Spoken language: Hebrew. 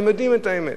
והם יודעים את האמת.